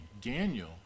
Daniel